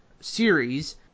series –